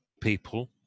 people